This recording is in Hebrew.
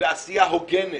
ועשייה הוגנת